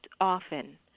often